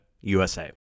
USA